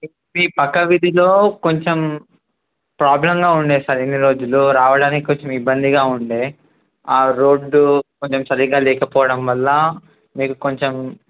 మీ పక్క విధిలో కొంచెం ప్రాబ్లంగా ఉండే సార్ ఎన్ని రోజులు రావడానికి కొంచెం ఇబ్బందిగా ఉండే ఆ రోడ్డు కొంచెం సరిగ్గా లేకపోవడం వల్ల మీకు కొంచెం